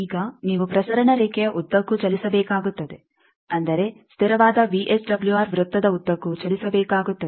ಈಗ ನೀವು ಪ್ರಸರಣ ರೇಖೆಯ ಉದ್ದಕ್ಕೂ ಚಲಿಸಬೇಕಾಗುತ್ತದೆ ಅಂದರೆ ಸ್ಥಿರವಾದ ವಿಎಸ್ಡಬ್ಲ್ಯೂಆರ್ ವೃತ್ತದ ಉದ್ದಕ್ಕೂ ಚಲಿಸಬೇಕಾಗುತ್ತದೆ